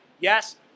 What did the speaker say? Yes